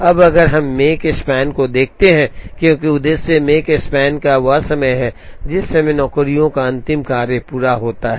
अब अगर हम Makespan को देखते हैं क्योंकि उद्देश्य Makespan वह समय है जिस समय नौकरियों का अंतिम कार्य पूरा होता है